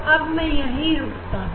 अब मैं यही रुकता हूं